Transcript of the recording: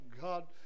God